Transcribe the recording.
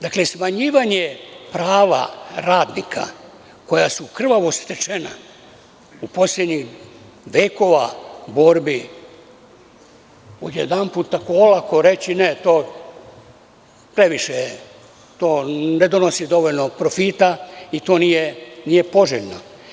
Dakle, smanjivanje prava radnika koji su krvavo stečena u poslednjih vekova borbi odjedanputa olako reći ne, to previše je to, to ne donosi dovoljno profita i to nije poželjno.